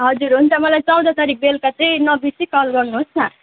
हजुर हुन्छ मलाई चौध तारिक बेलुका चाहिँ नबिर्सी कल गर्नुहोस् न